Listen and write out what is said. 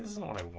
i